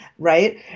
right